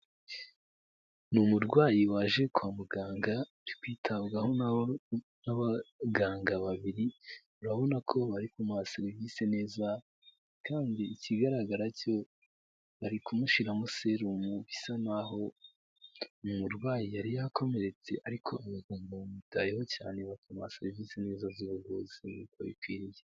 Ni umurwayi waje kwa muganga uri kwitabwaho n'abaganga babiri, urabona ko bari kumuha serivisi neza kandi ikigaragara cyo bari kumushyiramo serumu bisa n'aho umurwayi yari yakomeretse ariko abaganaga bamwitayeho cyane bakamuha serivisi neza z'ubuvuzi nk'uko bikwiriye.